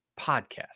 podcast